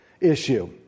issue